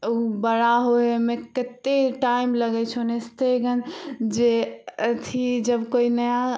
ओ बड़ा होइ हइ ओइमे कते टाइम लगय छै अथी जब कोइ नया